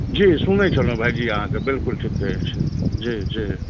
जी सुनय छलहुँ भायजी अहाँके बिलकुल ठीक कहय छै जी जी